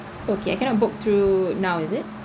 okay I cannot book through now is it